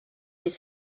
les